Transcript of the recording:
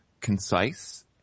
concise